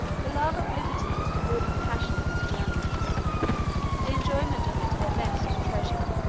the love of liberty was the ruling passion of these germans the enjoyment of it their best treasure